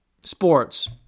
Sports